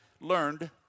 learned